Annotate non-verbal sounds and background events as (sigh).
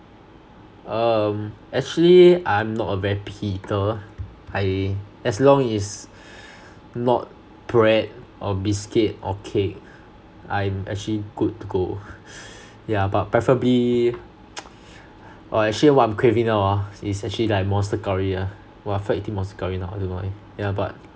um actually I'm not a very picky eater I as long is not bread or biscuit or cake I'm actually good to go (laughs) yeah but preferably (noise) uh actually what I'm craving now ah it's actually like monster curry ah !wah! I feel like eating monster curry now I don't now why yeah but